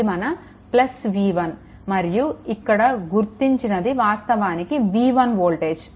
ఇది మన 10v1 మరియు ఇక్కడ గుర్తించినది వాస్తవానికి v1 వోల్టేజ్